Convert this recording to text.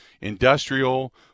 industrial